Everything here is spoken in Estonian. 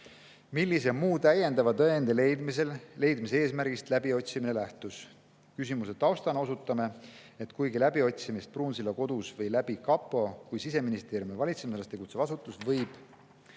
Millise muu täiendava tõendi leidmise eesmärgist läbiotsimine lähtus? Küsimuse taustana osutame, et kuigi läbiotsimist Pruunsilla kodus viis läbi KaPo kui Siseministeeriumi valitsemisalas tegutsev asutus, võib